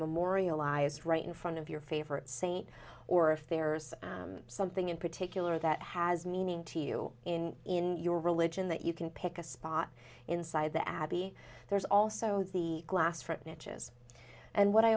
memorialized right in front of your favorite saint or if there's something in particular that has meaning to you in in your religion that you can pick a spot inside the abbey there's also the glass front niches and what i